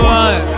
one